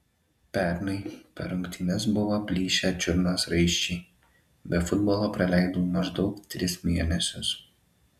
pernai per rungtynes buvo plyšę čiurnos raiščiai be futbolo praleidau maždaug tris mėnesius